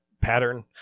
pattern